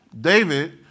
David